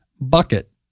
bucket